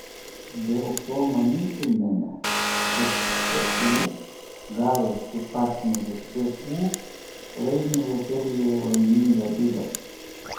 dėl to manytumėme kad šu gavęs kaip partnerį vu laimi loterijoje laimingą bilietą